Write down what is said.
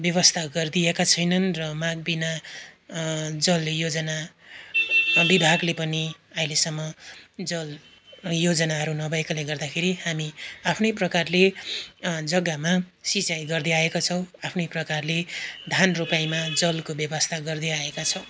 व्यवस्था गरिदिएका छैनन् र मागबिना जल योजना विभागले पनि अहिलेसम्म जल योजनाहरू नभएकोले गर्दाखेरि हामी आफ्नै प्रकारले जग्गामा सिँचाई गर्दैआएको छौँ आफ्नै प्रकारले धान रोपाइमा जलको व्यवस्था गर्दैआएका छौँ